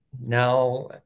Now